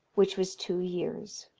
which was two years.